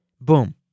Boom